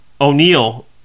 O'Neill